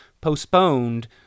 postponed